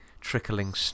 trickling